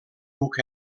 duc